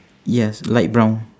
yes light brown